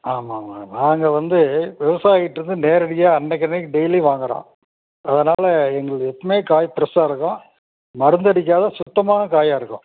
ஆமாம் ஆமாம் நாங்கள் வந்து விவசாயிக்கிட்டேருந்து நேரடியாக அன்னைக்கு அன்னைக்கு டெய்லியும் வாங்குகிறோம் அதனால் எங்களுக்கு எப்போதுமே காய் ஃப்ரெஷ்ஷாக இருக்கும் மருந்தடிக்காத சுத்தமான காயாக இருக்கும்